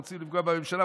אנחנו רוצים לפגוע בממשלה,